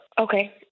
okay